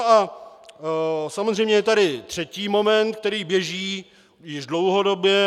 A samozřejmě je tady třetí moment, který běží již dlouhodobě.